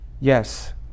Yes